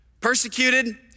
persecuted